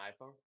iphone